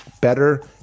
Better